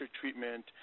treatment